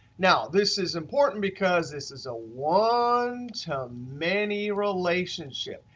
now this is important because this is a one to many relationship.